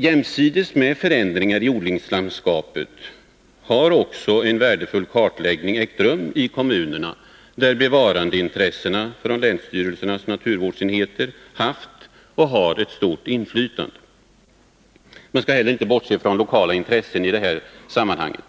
Jämsides med förändringar i odlingslandskapet har också en värdefull kartläggning ägt rum i kommunerna, där bevarandeintressen från länsstyrelsernas naturvårdsenheters sida haft och har stort inflytande. Man skall inte heller bortse från lokala intressen i sammanhanget.